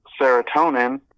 serotonin